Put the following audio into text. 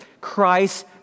Christ